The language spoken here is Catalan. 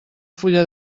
fulla